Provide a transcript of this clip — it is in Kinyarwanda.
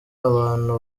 abantu